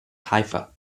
haifa